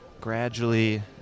gradually